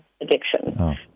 addiction